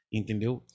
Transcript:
entendeu